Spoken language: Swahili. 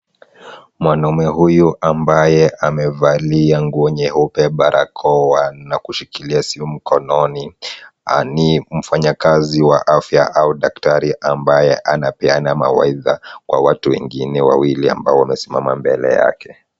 Mwanaume huyu ambaye amevalia nguo nyeupe, barakoa na kushikilia simu mkononi ni mfanyakazi wa afya au daktari ambaye anapeana mawaidha kwa watu wengine wawili ambao wamesimama mbele yake.